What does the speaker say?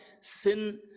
sin